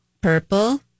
Purple